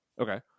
Okay